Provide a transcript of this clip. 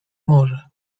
morze